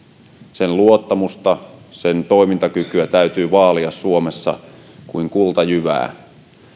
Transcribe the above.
sen luottamusta sen toimintakykyä täytyy vaalia suomessa kuin kultajyvää